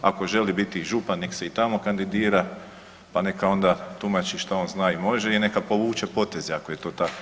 Ako želi biti i župan nek se i tamo kandidira, pa neka onda tumači šta on zna i može i neka povuče poteze ako je to tako.